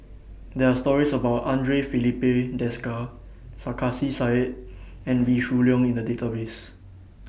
There Are stories about Andre Filipe Desker Sarkasi Said and Wee Shoo Leong in The Database